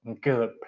good